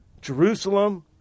Jerusalem